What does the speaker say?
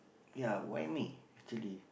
ya why me actually